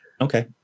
Okay